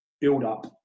build-up